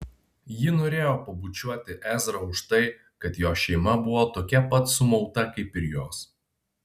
ji norėjo pabučiuoti ezrą už tai kad jo šeima buvo tokia pat sumauta kaip ir jos